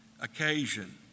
occasion